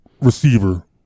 receiver